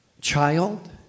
Child